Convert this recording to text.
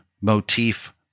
motif